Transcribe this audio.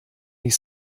ich